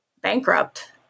bankrupt